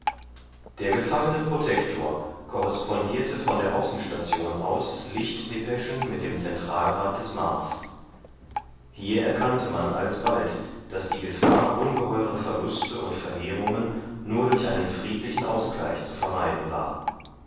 der gefangene protektor korrespondierte von der außenstation aus durch lichtdepeschen mit dem zentralrat des mars hier erkannte man alsbald daß die gefahr ungeheurer verluste und verheerungen nur durch einen friedlichen ausgleich zu vermeiden war